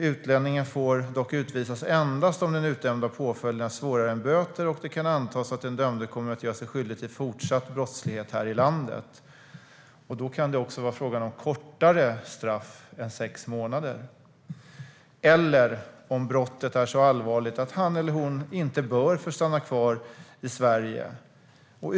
Utlänningen får dock utvisas endast om den utdömda påföljden är svårare än böter och det kan antas att den dömde kommer att göra sig skyldig till fortsatt brottslighet här i landet - då kan det också vara fråga om kortare straff än sex månader - eller om brottet är så allvarligt att han eller hon inte bör få stanna kvar i Sverige.